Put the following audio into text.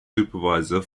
supervisor